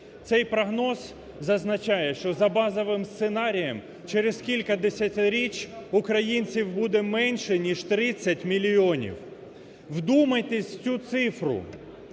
Цей прогноз зазначає, що за базовим сценарієм через кілька десятиріч українців буде менше ніж 30 мільйонів. Вдумайтесь у цю цифру.